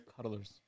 cuddlers